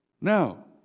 Now